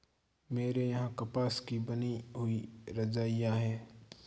मेरे यहां कपास की बनी हुई रजाइयां है